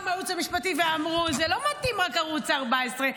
מהייעוץ המשפטי ואמרו: זה לא מתאים רק ערוץ 14,